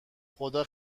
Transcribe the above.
خدا